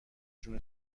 جون